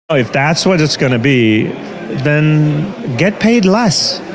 if that's what it's going to be then get paid less,